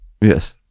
Yes